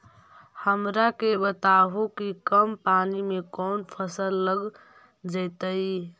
हमरा के बताहु कि कम पानी में कौन फसल लग जैतइ?